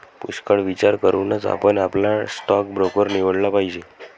पुष्कळ विचार करूनच आपण आपला स्टॉक ब्रोकर निवडला पाहिजे